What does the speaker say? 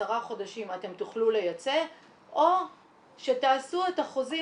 עשרה חודשים אתם תוכלו לייצא או שתעשו את החוזים